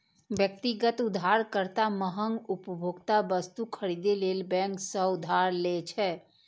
व्यक्तिगत उधारकर्ता महग उपभोक्ता वस्तु खरीदै लेल बैंक सं उधार लै छै